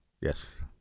yes